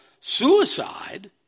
suicide